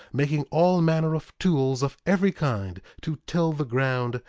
making all manner of tools of every kind to till the ground,